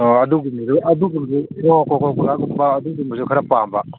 ꯑꯗꯨꯒꯨꯝꯕꯖꯨ ꯑꯗꯨꯒꯨꯝꯕꯖꯨ ꯑꯣ ꯀꯣꯀꯣ ꯀꯣꯂꯥꯒꯨꯝꯕ ꯑꯗꯨꯒꯨꯝꯕꯖꯨ ꯈꯔ ꯄꯥꯝꯕ